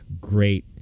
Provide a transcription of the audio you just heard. great